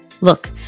Look